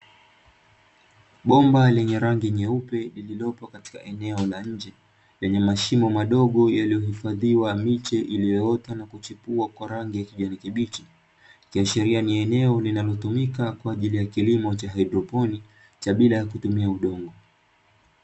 Bomba lenye rangi nyeupe lililopo katika eneo la nje. Lenye mashimo madogo yaliyohifadhiwa miche iliyoota na kuchipua kwa rangi ya kijani kibichi, ikiashiria ni eneo linalotumika kwaajili ya kilimo cha haidroponi cha bila kutumia udongo.